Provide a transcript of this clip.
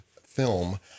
Film